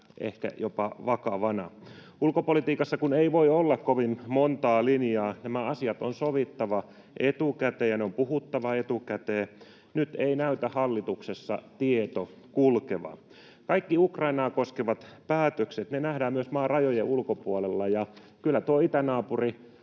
ehkä jopa vakavana. Ulkopolitiikassa kun ei voi olla kovin monta linjaa, niin nämä asiat on sovittava etukäteen ja puhuttava etukäteen. Nyt ei näytä hallituksessa tieto kulkevan. Kaikki Ukrainaa koskevat päätökset nähdään myös maan rajojen ulkopuolella, ja kyllä tuo itänaapuri